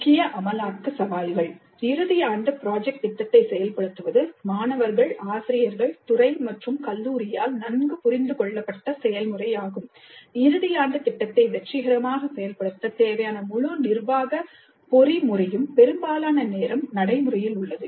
முக்கிய அமலாக்க சவால்கள் இறுதி ஆண்டு ப்ராஜெக்ட் திட்டத்தை செயல்படுத்துவது மாணவர்கள் ஆசிரியர்கள் துறை மற்றும் கல்லூரியால் நன்கு புரிந்துகொள்ளப்பட்ட செயல்முறையாகும் இறுதி ஆண்டு திட்டத்தை வெற்றிகரமாக செயல்படுத்த தேவையான முழு நிர்வாக பொறிமுறையும் பெரும்பாலான நேரம் நடைமுறையில் உள்ளது